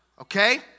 okay